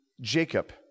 Jacob